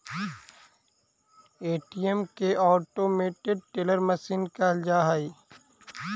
ATM के automated teller machine कहल जा हइ